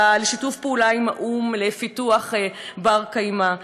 לשיתוף פעולה עם האו"ם לפיתוח בר-קיימא.